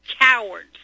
cowards